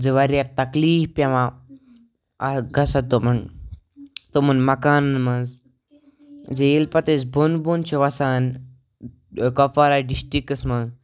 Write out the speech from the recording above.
زِ واریاہ تکلیٖف پٮ۪وان گژھان تِمَن تِمَن مَکانَن منٛز زِ ییٚلہِ پَتہٕ أسۍ بۄن بۄن چھِ وَسان کۄپوارہ ڈِسٹرٛکَس منٛز